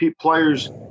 players